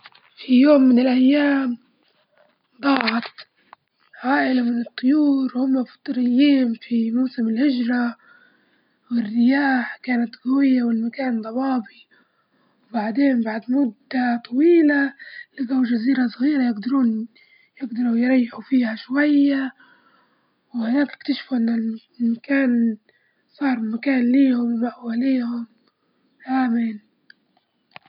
في يوم من الأيام، ضاعت عائلة من الطيور وهما فطريين في موسم الهجرة، والرياح كانت قوية والمكان ضبابي، وبعدين بعد مدة طويلة لجوا جزيرة صغيرة يقدرون يقدروا يريحوا فيها شوية، وهناك اكتشفوا إن المكان صار مكان ليهم ومأوى ليهم آمن.